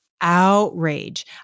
outrage